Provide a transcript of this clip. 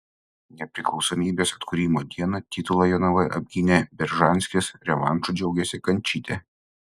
nepriklausomybės atkūrimo dieną titulą jonavoje apgynė beržanskis revanšu džiaugėsi kančytė